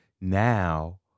Now